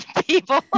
people